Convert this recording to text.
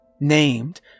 named